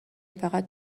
فقط